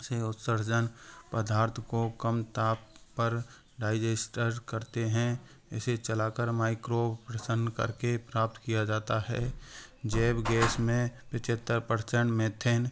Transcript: से उत्सर्जन पदार्थ को कम ताप पर डाइजेस्टर करते हैं इसे चलाकर माइक्रो प्रसंन करके प्राप्त किया जाता है जैब गैस में पचहत्तर परसेंट मैथेन